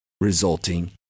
resulting